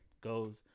goes